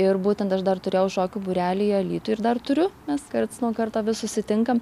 ir būtent aš dar turėjau šokių būrelį alytuj ir dar turiu mes karts nuo karto vis susitinkam